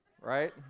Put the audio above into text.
right